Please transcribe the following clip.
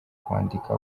kwandika